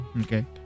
okay